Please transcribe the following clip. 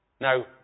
Now